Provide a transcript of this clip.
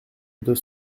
deux